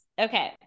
Okay